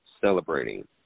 celebrating